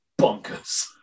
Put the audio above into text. Bonkers